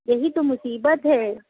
یہی تو مصیبت ہے